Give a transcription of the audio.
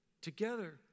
together